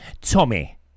Tommy